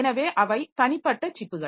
எனவே அவை தனிப்பட்ட சிப்புகள்